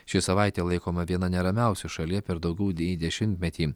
ši savaitė laikoma viena neramiausių šalyje per daugiau dei dešimtmetį